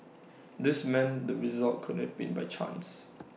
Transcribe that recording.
this meant the result could have been by chance